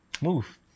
move